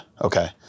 Okay